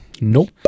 Nope